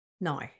No